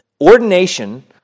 Ordination